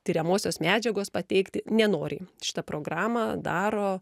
tiriamosios medžiagos pateikti nenoriai šitą programą daro